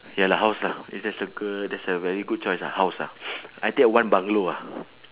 get a house lah if there's a girl that's a very good choice lah house ah I take one bungalow ah